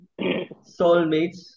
soulmates